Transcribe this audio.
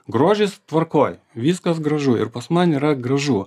grožis tvarkoj viskas gražu ir kas man yra gražu